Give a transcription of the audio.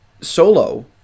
Solo